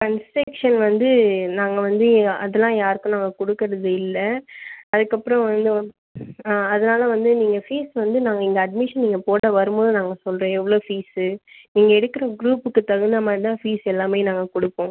concession வந்து நாங்கள் வந்து அதெலாம் யாருக்கும் நாங்கள் கொடுக்கறது இல்லை அதுக்கப்புறம் வந்து அதுனால் வந்து நீங்கள் ஃபீஸ் வந்து நாங்கள் இங்கே அட்மிஷன் நீங்கள் போட வரும்போது நாங்கள் சொல்கிறோம் எவ்வளோ ஃபீஸ்ஸு நீங்கள் எடுக்குற குரூப்புக்கு தகுந்த மாதிரி தான் ஃபீஸ் எல்லாமே நாங்கள் கொடுப்போம்